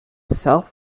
south